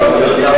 אדוני השר,